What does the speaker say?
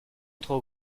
trop